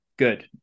good